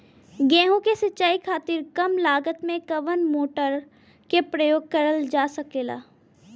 गेहूँ के सिचाई खातीर कम लागत मे कवन मोटर के प्रयोग करल जा सकेला?